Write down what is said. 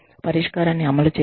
పరిష్కారాన్ని అమలు చేయండి